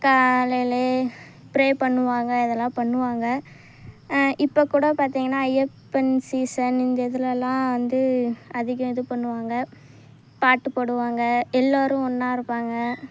காலையிலையே pray பண்ணுவாங்க இதெல்லாம் பண்ணுவாங்க இப்போ கூட பார்த்திங்கன்னா ஐயப்பன் சீசன் இந்த இதுல எல்லாம் வந்து அதிகம் இது பண்ணுவாங்க பாட்டு போடுவாங்க எல்லோரும் ஒன்னாக இருப்பாங்க